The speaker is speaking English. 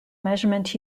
measurement